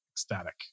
ecstatic